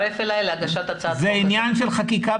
זה עניין של חקיקה.